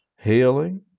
healing